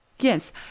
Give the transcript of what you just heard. Yes